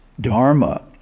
dharma